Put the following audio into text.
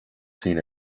seen